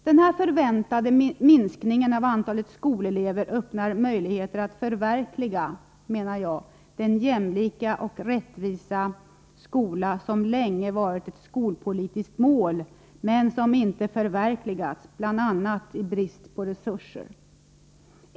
Den förväntade minskningen av antalet skolelever öppnar nu möjligheter att förverkliga, menar jag, den jämlika och rättvisa skola som så länge har varit ett skolpolitiskt mål men som inte har uppfyllts, bl.a. på grund av brist på resurser.